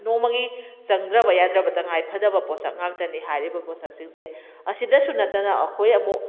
ꯅꯣꯡꯃꯒꯤ ꯆꯪꯗ꯭ꯔꯕ ꯌꯥꯗ꯭ꯔꯕ ꯇꯉꯥꯏ ꯐꯗꯕ ꯄꯣꯠꯁꯛ ꯉꯥꯛꯇꯅꯦ ꯍꯥꯏꯔꯤꯕ ꯄꯣꯠꯁꯛꯁꯤꯡꯁꯦ ꯑꯁꯤꯗꯁꯨ ꯅꯠꯇꯅ ꯑꯩꯈꯣꯏ ꯑꯃꯨꯛ